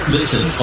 Listen